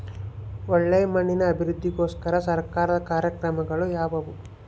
ಒಳ್ಳೆ ಮಣ್ಣಿನ ಅಭಿವೃದ್ಧಿಗೋಸ್ಕರ ಸರ್ಕಾರದ ಕಾರ್ಯಕ್ರಮಗಳು ಯಾವುವು?